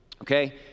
okay